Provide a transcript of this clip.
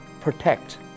protect